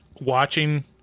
watching